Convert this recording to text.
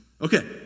Okay